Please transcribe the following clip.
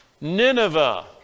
Nineveh